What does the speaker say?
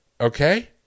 okay